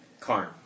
Karn